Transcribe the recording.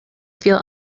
feel